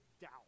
doubt